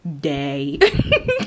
day